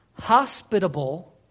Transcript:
hospitable